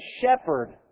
shepherd